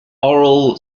oral